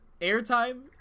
airtime